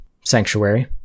sanctuary